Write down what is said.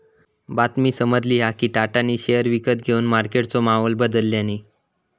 बातमी समाजली हा कि टाटानी शेयर विकत घेवन मार्केटचो माहोल बदलल्यांनी